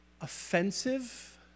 offensive